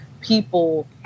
people